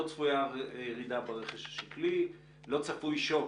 לא צפויה ירידה ברכש השקלי, לא צפוי שוק,